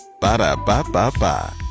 Ba-da-ba-ba-ba